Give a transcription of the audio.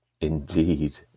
Indeed